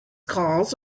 calls